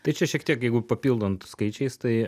tai čia šiek tiek jeigu papildant skaičiais tai